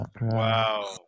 Wow